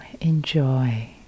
enjoy